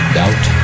doubt